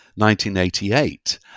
1988